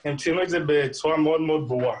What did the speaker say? הם ציינו את זה בצורה מאוד מאוד ברורה.